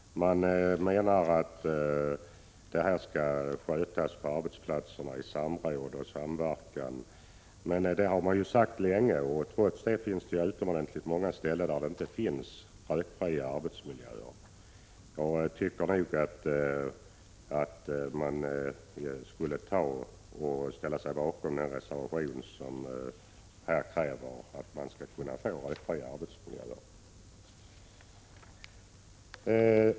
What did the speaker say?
Man menar att sådant skall skötas på arbetsplatserna, genom samråd och samverkan. Men det har man sagt länge, och trots det finns det utomordentligt många arbetsplatser som inte har rökfria arbetsmiljöer. Jag tycker nog att man skall ställa sig bakom den här reservationen, där det alltså krävs rökfria arbetsmiljöer.